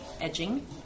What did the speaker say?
edging